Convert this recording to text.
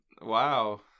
wow